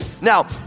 Now